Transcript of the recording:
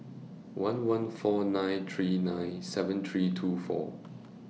one one four nine three nine seven three two four